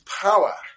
power